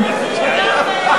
מצטרפים,